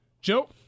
Joe